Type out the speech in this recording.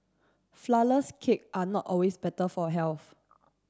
flourless cake are not always better for health